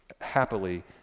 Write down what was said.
happily